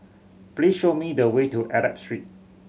please show me the way to Arab Street